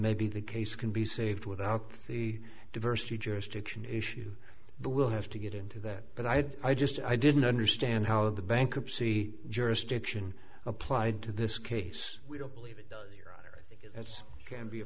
maybe the case can be saved without the diversity jurisdiction issue but we'll have to get into that but i had i just i didn't understand how the bankruptcy jurisdiction applied to this case we don't believe it does your honor i think it's can be a